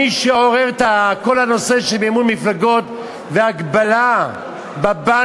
מי שעורר את כל הנושא של מימון מפלגות והגבלה בבנקים,